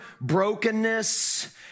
brokenness